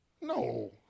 No